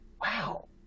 wow